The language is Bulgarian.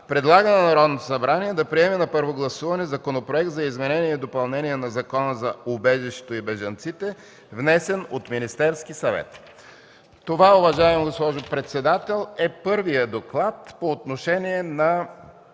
предлага на Народното събрание да приеме на първо гласуване Законопроект за изменение и допълнение на Закона за убежището и бежанците, внесен от Министерския съвет.” Уважаема госпожо председател, това е първият доклад по отношение на